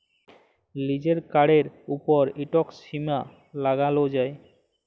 লিজের কাড়ের উপর ইকট সীমা লাগালো যায়